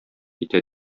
китә